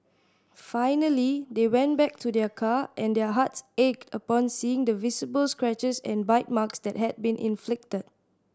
finally they went back to their car and their hearts ached upon seeing the visible scratches and bite marks that had been inflicted